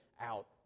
out